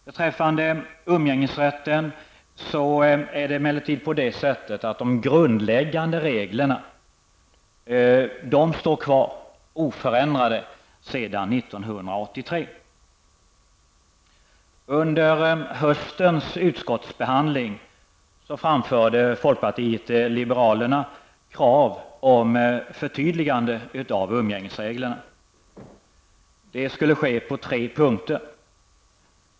Beträffande umgängesrätten är det emellertid på det sättet att de grundläggande reglerna står kvar oförändrade sedan 1983. Under höstens utskottsbehandling framförde vi i folkpartiet liberalerna krav på ett förtydligande av umgängesreglerna. Ett förtydligande behövdes på tre punkter.